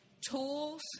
tools